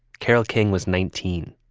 carole king was nineteen,